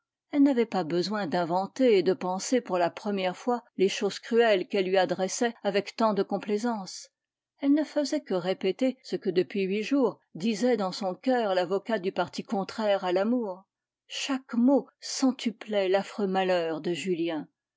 elle n'avait pas besoin d'inventer et de penser pour la première fois les choses cruelles qu'elle lui adressait avec tant de complaisance elle ne faisait que répéter ce que depuis huit jours disait dans son coeur l'avocat du parti contraire à l'amour chaque mot centuplait l'affreux malheur de julien